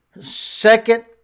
second